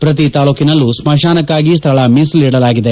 ಪ್ರತಿ ತಾಲ್ಲೂಕಿನಲ್ಲೂ ಸ್ವಶಾನಕ್ಕಾಗಿ ಸ್ವಳ ಮೀಸಲಿಡಲಾಗಿದೆ